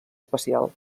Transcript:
especial